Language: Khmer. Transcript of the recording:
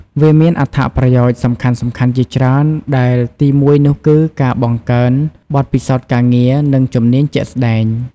វាមានអត្ថប្រយោជន៍សំខាន់ៗជាច្រើន ដែលទីមួយនោះគឺការបង្កើនបទពិសោធន៍ការងារ និងជំនាញជាក់ស្តែង ។